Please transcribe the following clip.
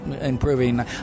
improving